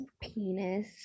Penis